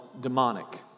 demonic